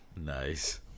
Nice